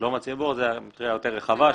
שלום הציבור זו מטרייה יותר רחבה.